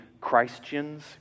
Christians